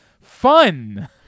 fun